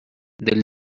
del